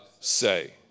say